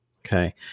Okay